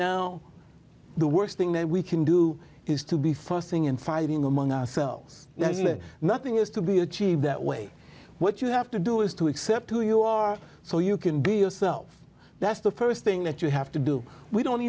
now the worst thing that we can do is to be fussing and fighting among ourselves there's really nothing is to be achieved that way what you have to do is to accept who you are so you can be yourself that's the st thing that you have to do we don't